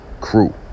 crew